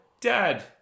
Dad